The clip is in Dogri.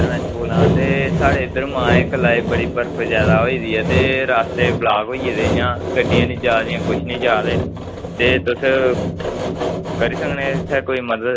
सरपैंच बोल्ला ना ते साढ़े इद्धर मांय कल्ला दी बड़ी बर्फ जैदा होई दी ऐ ते रास्ते ब्लाक होई दे इ'यां गड्डियां निं जा दियां कुछ निं जा दे ते तुस करी सकने इत्थै कोई मदद